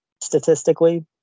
statistically